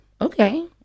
okay